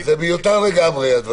זה מיותר לגמרי, הדברים.